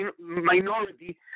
minority